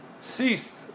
ceased